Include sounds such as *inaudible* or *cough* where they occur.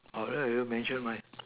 *noise* you mention my